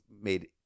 made